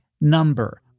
number